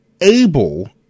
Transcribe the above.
able